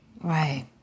Right